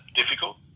difficult